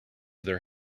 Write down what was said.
their